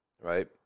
right